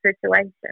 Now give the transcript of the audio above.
situation